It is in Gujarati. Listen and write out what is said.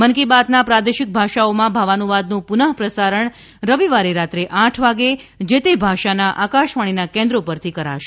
મન કી બાતના પ્રાદેશિક ભાષાઓમાં ભાવાનુવાદનું પુનઃ પ્રસારણ રવિવારે રાત્રે આઠ વાગે જે તે ભાષાના આકાશવાણીના કેન્દ્રો પરથી કરાશે